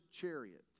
chariot